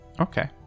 okay